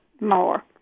more